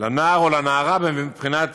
לנער או לנערה מבחינת